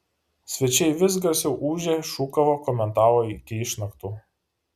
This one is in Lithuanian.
svečiai vis garsiau ūžė šūkavo komentavo iki išnaktų